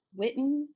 Witten